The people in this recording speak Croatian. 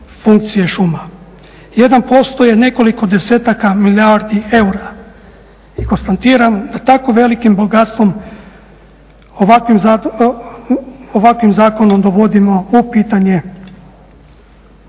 funkcije šuma. 1% je nekoliko desetaka milijardi eura i konstatiram da tako velikim bogatstvom, ovakvim zakonom dovodimo u pitanje.